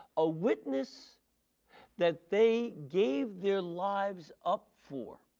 a witness that they gave their lives up for.